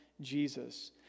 Jesus